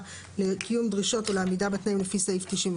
לקיום דרישות או לעמידה בתנאים לפי סעיף 93,"